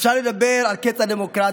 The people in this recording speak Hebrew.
אפשר לדבר על קץ הדמוקרטיה,